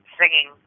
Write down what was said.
singing